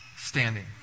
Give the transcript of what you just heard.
standing